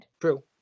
True